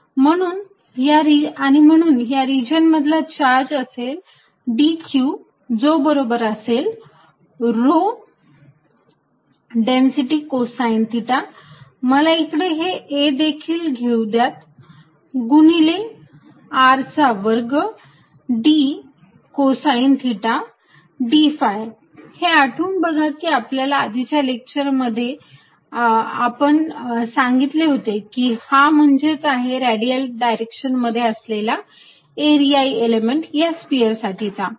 acosθ आणि म्हणून या रिजन मधला चार्ज असेल dQ जो बरोबर असेल रो डेन्सिटी कोसाईन थिटा मला इकडे हे a देखिल घेऊ द्यात गुणिले R चा वर्ग d cosine theta d phi हे आठवून बघा की आपल्या आधीच्या लेक्चर मध्ये आपण सांगितले होते की हा म्हणजेच आहे रॅडियल डायरेक्शन मध्ये असलेला एरिया एलिमेंट या स्पियर साठीचा